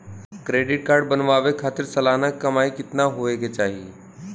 Credit card बनवावे खातिर सालाना कमाई कितना होए के चाही?